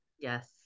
Yes